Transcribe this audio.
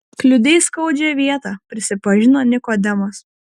kliudei skaudžią vietą prisipažino nikodemas